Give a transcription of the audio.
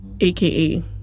aka